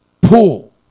pull